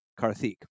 Karthik